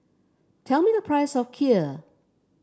tell me the price of Kheer